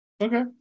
Okay